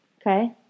Okay